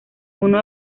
uno